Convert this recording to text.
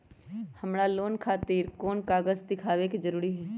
हमरा लोन खतिर कोन कागज दिखावे के जरूरी हई?